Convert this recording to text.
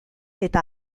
eta